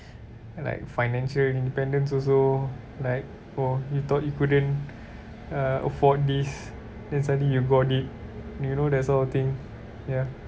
like financial independence also like oh you thought you couldn't uh afford this then suddenly you got it you know that sort of thing ya